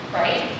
right